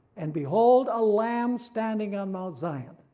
and behold, a lamb standing on mount zion,